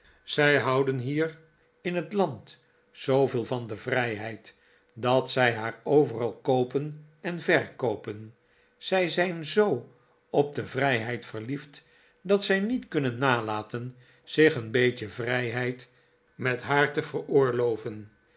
zij houden hier in het land zooveel van de vrijheid dat zij haar overal koopen en verkoopen zij zijn zoo op de vrijheid verliefd dat zij niet kunnen nalaten zich een beetje vrijheid met haar te veroorloven